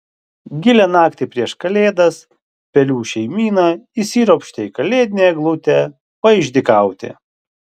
gilią naktį prieš kalėdas pelių šeimyna įsiropštė į kalėdinę eglutę paišdykauti